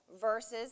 versus